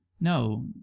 No